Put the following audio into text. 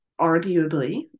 arguably